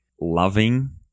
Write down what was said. loving